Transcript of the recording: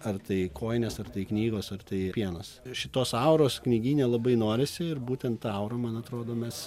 ar tai kojinės ar tai knygos ar tai pienas šitos auros knygyne labai norisi ir būtent tą aurą man atrodo mes